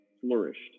flourished